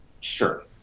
Sure